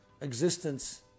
existence